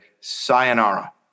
sayonara